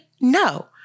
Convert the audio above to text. No